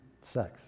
sex